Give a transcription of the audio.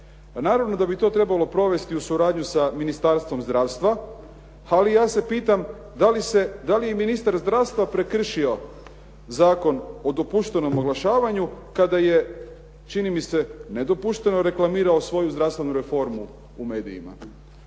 naravno da bi to trebalo provesti u suradnji s Minnistarstvom zdravstva, ali ja se pitam da li je ministar zdravstva prekršio Zakon o dopuštenom oglašavanju kada je, čini mi se nedopušteno, reklamirao svoju zdravstvenu reformu u medijima.